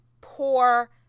poor